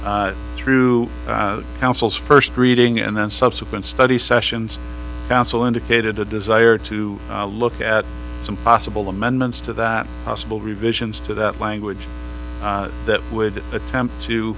feet through councils first reading and then subsequent study sessions council indicated a desire to look at some possible amendments to that possible revisions to that language that would attempt to